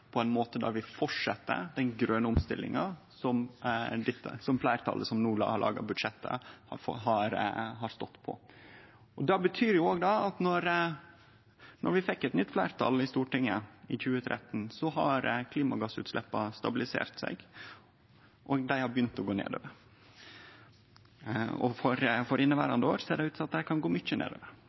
på ein måte der vi fortset den grøne omstillinga som fleirtalet som no har laga budsjettet, har stått på. Det betyr òg at etter at vi fekk eit nytt fleirtal på Stortinget i 2013, så har klimagassutsleppa stabilisert seg, dei har begynt å gå nedover, og for inneverande år ser det ut til at dei kan gå mykje